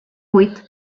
vuit